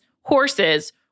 horses